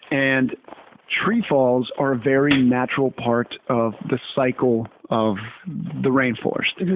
and tree falls are a very natural part of the cycle of the rainforest.